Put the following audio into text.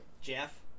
Jeff